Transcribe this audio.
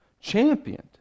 Championed